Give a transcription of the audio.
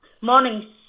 Morning